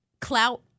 clout